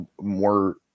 more